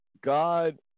God